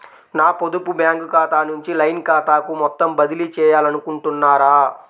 నా పొదుపు బ్యాంకు ఖాతా నుంచి లైన్ ఖాతాకు మొత్తం బదిలీ చేయాలనుకుంటున్నారా?